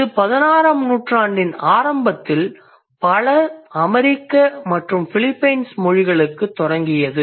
இது 16 ஆம் நூற்றாண்டின் தொடக்கத்தில் பல அமெரிக்க மற்றும் பிலிப்பைன்ஸ் மொழிகளுக்குத் தொடங்கியது